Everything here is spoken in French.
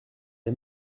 est